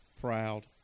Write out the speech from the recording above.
proud